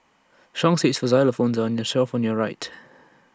seeds for xylophones are on the shelf on your right